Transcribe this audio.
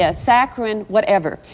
ah saccharine, whatever,